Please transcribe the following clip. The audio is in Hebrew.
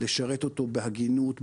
לשרת אותו בהגינות,